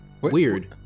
weird